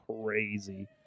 crazy